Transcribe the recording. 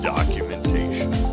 Documentation